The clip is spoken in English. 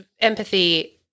empathy